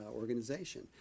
organization